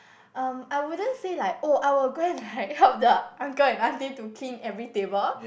um I wouldn't say like oh I will go and like help the uncle and aunty to clean every table